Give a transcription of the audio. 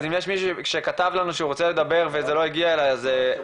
אז אם יש מישהו שכתב לנו שהוא רוצה לדבר וזה לא הגיע אליי אז תגידו.